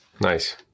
Nice